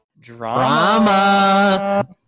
Drama